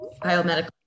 biomedical